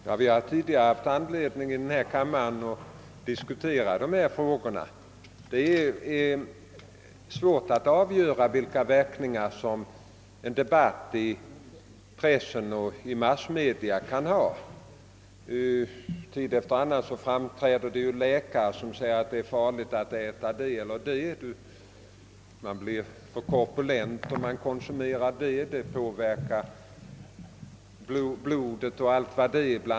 Herr talman! Vi har i denna kammare tidigare haft tillfälle att diskutera dessa frågor. Det är svårt att avgöra vilka verkningar som en debatt i pressen och i massmedia kan ha. Tid efter annan framträder det ju läkare som säger att det är farligt att äta det eller det; man blir för korpulent, det påverkar blodet etc.